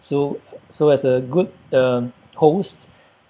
so so as a good um host